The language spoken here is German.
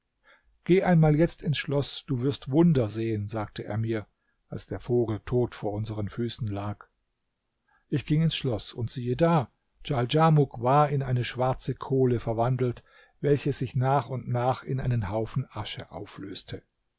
geh einmal jetzt ins schloß du wirst wunder sehen sagte er mir als der vogel tot vor unseren füßen lag ich ging ins schloß und siehe da djaldjamuk war in eine schwarze kohle verwandelt welche sich nach und nach in einen haufen asche auflöste